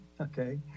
okay